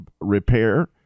repair